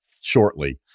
shortly